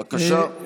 בבקשה.